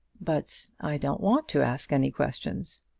but i don't want to ask any questions.